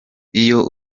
iyo